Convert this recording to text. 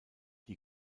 die